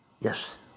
Yes